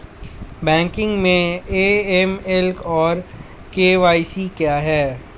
Banking में AML और KYC क्या हैं?